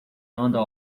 andam